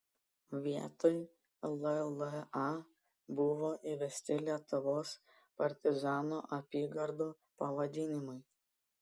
vietoj lla buvo įvesti lietuvos partizanų apygardų pavadinimai